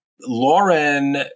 lauren